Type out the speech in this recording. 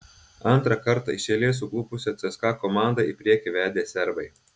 antrą kartą iš eilės suklupusią cska komandą į priekį vedė serbai